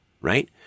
right